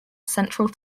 central